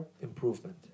improvement